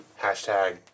hashtag